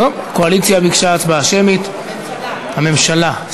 טוב, הקואליציה ביקשה הצבעה שמית, סליחה, הממשלה.